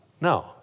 No